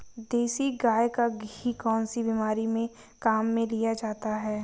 देसी गाय का घी कौनसी बीमारी में काम में लिया जाता है?